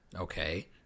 Okay